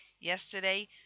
yesterday